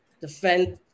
defend